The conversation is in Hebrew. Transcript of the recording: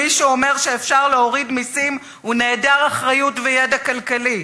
מי שאומר שאפשר להוריד מסים הוא נעדר אחריות וידע כלכלי.